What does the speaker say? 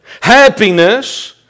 Happiness